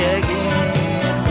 again